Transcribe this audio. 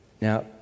Now